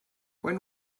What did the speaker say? when